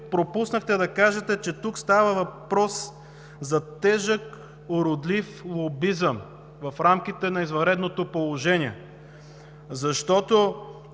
пропуснахте да кажете, че тук става въпрос за тежък, уродлив лобизъм в рамките на извънредното положение. В чл.